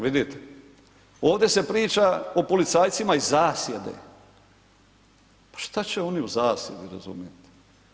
Vidite, ovdje se priča o policajcima iz zasjede, pa šta će oni u zasjedi razumijete?